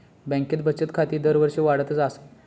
बँकेत बचत खाती दरवर्षी वाढतच आसत